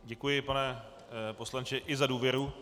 Děkuji, pane poslanče, i za důvěru.